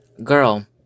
Girl